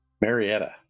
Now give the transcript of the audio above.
Marietta